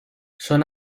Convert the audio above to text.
son